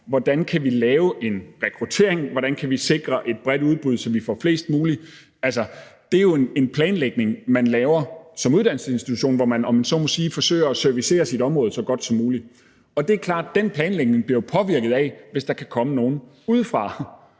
hvordan man kan lave en rekruttering, og hvordan man kan sikre et bredt udbud, så vi får flest mulige. Det er jo en planlægning, som man som uddannelsesinstitution laver, og hvor man forsøger at servicere sit område så godt som muligt, og det er jo klart, at den planlægning bliver påvirket af det, hvis der kan komme nogen udefra,